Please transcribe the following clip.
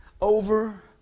over